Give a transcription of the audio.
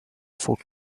food